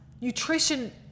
nutrition